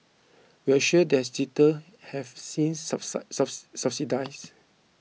we're sure those jitter have since subsided